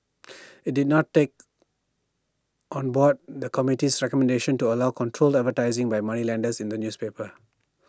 IT did not take on board the committee's recommendation to allow controlled advertising by moneylenders in the newspapers